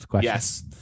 Yes